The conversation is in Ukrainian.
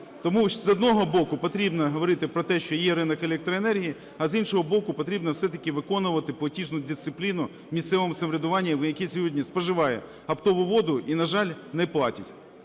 Тому, з одного боку, потрібно говорити про те, що є ринок електроенергії, а, з іншого боку, потрібно все-таки виконувати платіжну дисципліну в місцевому самоврядуванні, який сьогодні споживає оптову воду і, на жаль, не платять.